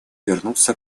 вернуться